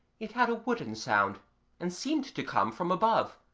it had a wooden sound and seemed to come from above,